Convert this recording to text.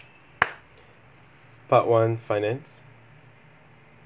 part one finance